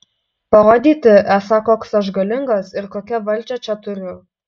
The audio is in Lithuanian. parodyti esą koks aš galingas ir kokią valdžią čia turiu